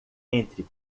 entre